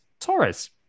Torres